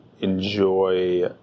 enjoy